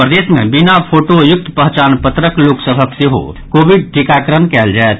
प्रदेश मे बिना फोटो युक्त पहचान पत्रक लोक सभक सेहो कोविड टीकाकरण कयल जायत